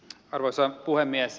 arvoisa puhemies